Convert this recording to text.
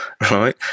right